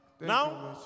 Now